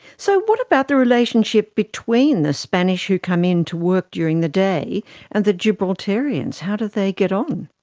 so what about the relationship between the spanish who come in to work during the day and the gibraltarians? how do they get on?